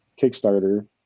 Kickstarter